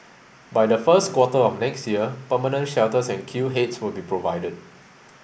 by the first quarter of next year permanent shelters and queue heads will be provided